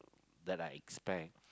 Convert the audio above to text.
that I expect